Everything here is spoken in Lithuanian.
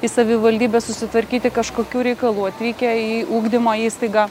į savivaldybę susitvarkyti kažkokių reikalų atvykę į ugdymo įstaigą